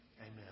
Amen